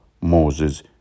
Moses